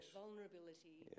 vulnerability